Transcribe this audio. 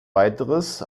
weiteres